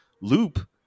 loop